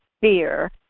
fear